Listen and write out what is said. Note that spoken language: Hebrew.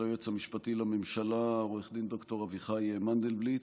היועץ המשפטי לממשלה עו"ד ד"ר אביחי מנדלבליט,